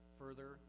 further